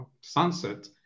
Sunset